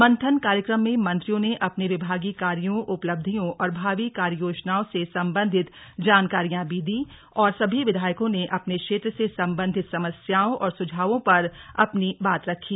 मंथन कार्यक्रम मे मंत्रियों ने अपने विभागीय कार्यो उपलब्धियों और भावी कार्य योजना से संबंधित जानकारियां भी दी और सभी विधायकों ने अपने क्षेत्र से संबंधित समस्याओं और सुझावों पर अपनी बात रखी